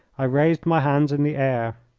i raised my hands in the air.